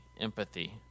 empathy